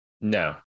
No